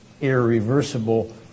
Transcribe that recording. irreversible